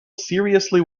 seriously